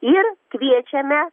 ir kviečiame